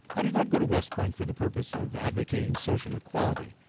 i did not go to west point for the purpose of advocating social equality,